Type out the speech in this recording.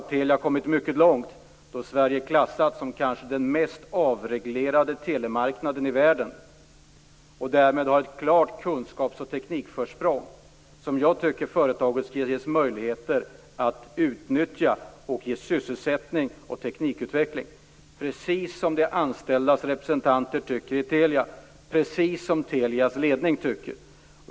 Telia har kommit mycket långt, då Sverige klassats som den kanske mest avreglerade telemarknaden i världen, och har därmed ett klart kunskaps och teknikförsprång. Det tycker jag att företaget skall få möjligheter att utnyttja och därigenom skapa sysselsättning och teknikutveckling. Precis så tycker de anställdas representanter i Telia, och precis så tycker Telias ledning.